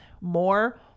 more